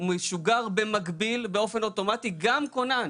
משוגר במקביל באופן אוטומטי גם כונן.